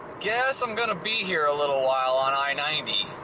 guess i'm going to be here a little while on i ninety.